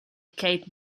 kate